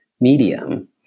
medium